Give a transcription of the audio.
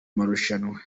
marushanwa